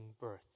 birth